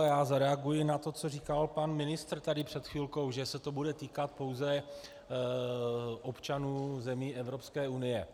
Já zareaguji na to, co říkal pan ministr tady před chvilkou, že se to bude týkat pouze občanů zemí Evropské unie.